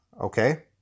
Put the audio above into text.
okay